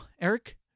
Eric